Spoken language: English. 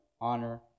honor